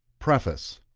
preface.